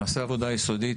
נעשה עבודה יסודית.